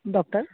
doctor